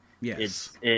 Yes